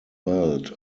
belt